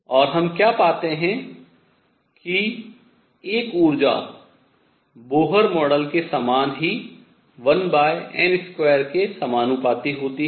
और हम क्या पाते हैं कि एक ऊर्जा बोहर मॉडल के समान ही 1n2 के समानुपाती होती है